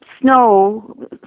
snow